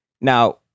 Now